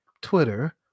Twitter